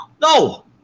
No